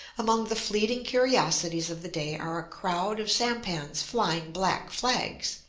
among the fleeting curiosities of the day are a crowd of sampans flying black flags,